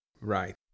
Right